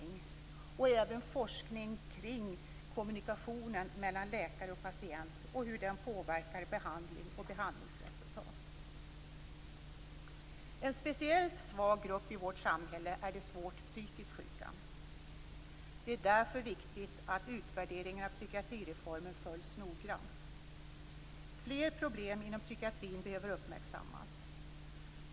Det gäller även forskning kring kommunikationen mellan läkare och patient och hur denna påverkar behandling och behandlingsresultat. En speciellt svag grupp i vårt samhälle är de svårt psykiskt sjuka. Det är därför viktigt att utvärderingen av psykiatrireformen följs noggrant. Fler problem inom psykiatrin behöver uppmärksammas.